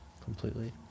completely